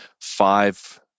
five